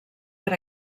per